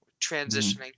Transitioning